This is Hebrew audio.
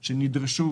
במבקש,